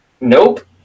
Nope